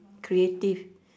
creative